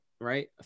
right